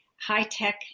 high-tech